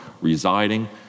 residing